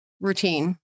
routine